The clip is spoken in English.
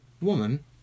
Woman